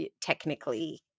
technically